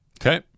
Okay